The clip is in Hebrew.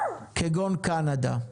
כגון קנדה.